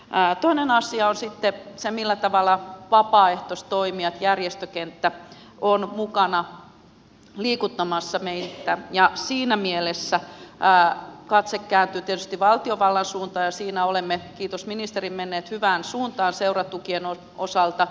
toinen asia on sitten se millä tavalla vapaaehtoistoimijat järjestökenttä ovat mukana liikuttamassa meitä ja siinä mielessä katse kääntyy tietysti valtiovallan suuntaan ja siinä olemme kiitos ministerin menneet hyvään suuntaan seuratukien osalta